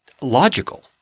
logical